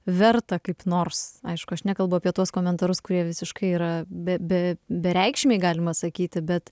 verta kaip nors aišku aš nekalbu apie tuos komentarus kurie visiškai yra be be bereikšmiai galima sakyti bet